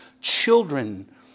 Children